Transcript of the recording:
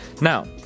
Now